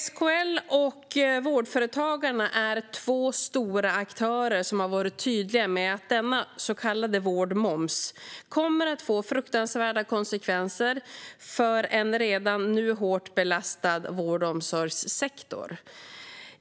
SKL och Vårdföretagarna är två stora aktörer som har varit tydliga med att denna så kallade vårdmoms kommer att få fruktansvärda konsekvenser för en redan nu hårt belastad vård och omsorgssektor.